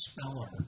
speller